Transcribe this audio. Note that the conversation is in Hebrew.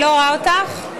אני לא רואה אותך,